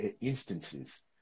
Instances